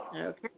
Okay